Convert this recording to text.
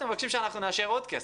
אתם מבקשים שאנחנו נאשר עוד כסף.